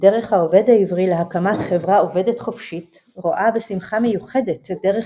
דרך העובד העברי להקמת חברה עובדת חופשית – רואה בשמחה מיוחדת את דרך